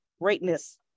greatness